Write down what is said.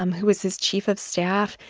um who was his chief of staff,